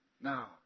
now